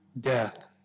death